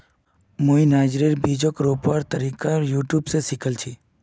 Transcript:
मुई नाइजरेर बीजक रोपवार तरीका यूट्यूब स सीखिल छि